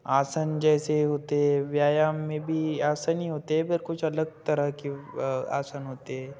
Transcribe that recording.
आसन जैसे होते है व्यायाम में भी आसन ही होते है पर कुछ अलग तरह के आसन होते हैं